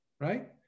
right